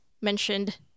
mentioned